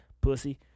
Pussy